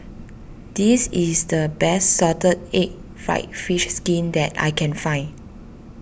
this is the best Salted Egg Fried Fish Skin that I can find